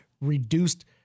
reduced